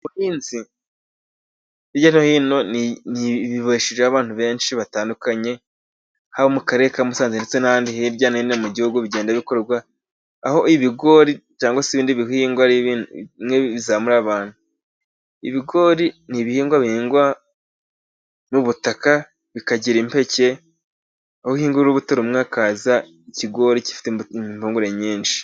Ubuhinzi hiryanohino bibeshyejeho abantu benshi batandukanye haba Mukarere ka Musanze ndetse nahandihirya nohino mugihugu .Bigenda bikorwa aho ibigori cyangwa ibindi bihingwa bimwe bizamura abantu ,ibigori ni ibihingwa bihingwa mubutaka bikagira impeke ,aho uhinga urubuto rumwe hakaba ikigori gifite impungure nyinshi.